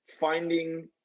finding